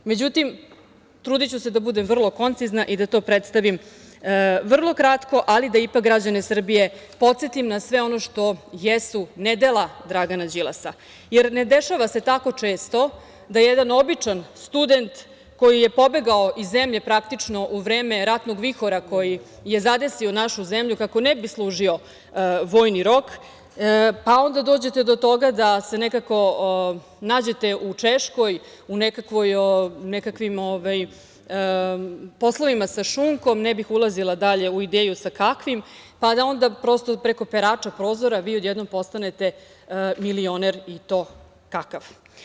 Međutim, trudiću se da budem vrlo koncizna i da to prestavim vrlo kratko, ali da ipak građane Srbije podsetim na sve ono što jesu nedela Dragana Đilasa, jer ne dešava je tako često da jedan običan student, koji je pobegao iz zemlje praktično u vreme ratnog vihora, koji je zadesio našu zemlju, kako ne bi služio vojni rok, pa onda dođete do toga da se nekako nađete u Češkoj u nekakvim poslovima sa šunkom, ne bih ulazila dalje u ideju sa kakvim, pa da onda preko perača prozora vi odjednom postanete milioner i to kakav.